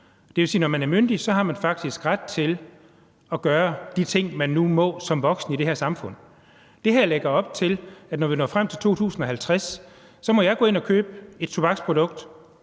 Det vil sige, at når man er myndig, har man faktisk ret til at gøre de ting, man nu må som voksen i det her samfund. Det her lægger op til, at når vi når frem til 2050, må jeg gå ind og købe et tobaksprodukt,